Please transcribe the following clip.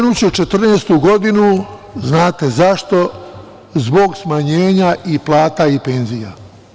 Prvo, pomenuću 2014. godinu, znate zašto, zbog smanjenja i plata i penzija.